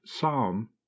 Psalm